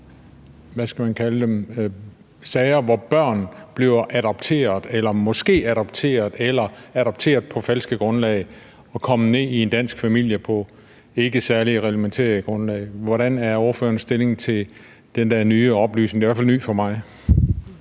hvad skal man kalde dem, sager, hvor børn bliver adopteret eller måske adopteret eller adopteret på et falsk grundlag, og hvor de kommer ned til de danske familier på et ikke særlig reglementeret grundlag. Hvordan er ordførerens stillingtagen til den her nye oplysning, som i hvert fald er ny for mig?